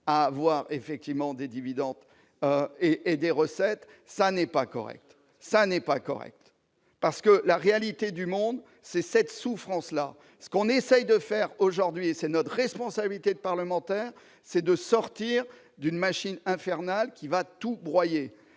un instant toucher des dividendes et des recettes, ce n'est pas correct ! La réalité du monde, c'est cette souffrance-là. Ce qu'on essaye de faire aujourd'hui- c'est notre responsabilité de parlementaire -, c'est sortir d'une machine infernale qui va tout broyer.